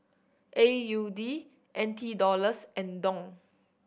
A U D N T Dollars and Dong